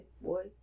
boy